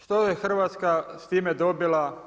Što je Hrvatska s time dobila?